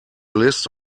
list